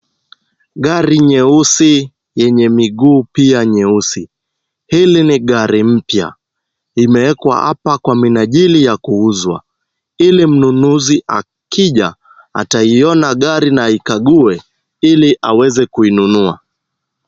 Gari nyeusi yenye miguu pia nyeusi. Hili ni gari mpya imeekwa hapa kwa minajili ya kuuzwa ili mnunuzi akija, ataiona gari na aikague ili aweze kuinunua.